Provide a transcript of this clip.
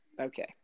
Okay